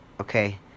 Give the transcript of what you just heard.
okay